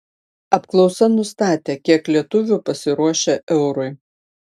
apklausa nustatė kiek lietuvių pasiruošę eurui